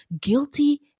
guilty